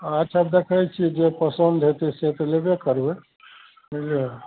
अच्छा देखय छियै जे पसन्द हेतय से तऽ लेबे करबय बुझलियै